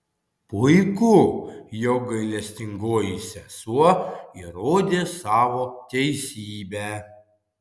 puiku jog gailestingoji sesuo įrodė savo teisybę